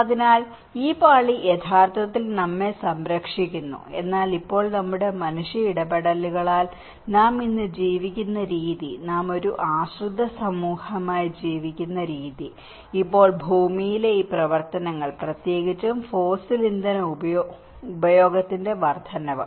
അതിനാൽ ഈ പാളി യഥാർത്ഥത്തിൽ നമ്മെ സംരക്ഷിക്കുന്നു എന്നാൽ ഇപ്പോൾ നമ്മുടെ മനുഷ്യ ഇടപെടലുകളാൽ നാം ഇന്ന് ജീവിക്കുന്ന രീതി നാം ഒരു ആശ്രിത സമൂഹമായി ജീവിക്കുന്ന രീതി ഇപ്പോൾ ഭൂമിയിലെ ഈ പ്രവർത്തനങ്ങൾ പ്രത്യേകിച്ചും ഫോസിൽ ഇന്ധന ഉപഭോഗത്തിന്റെ വർദ്ധനവ്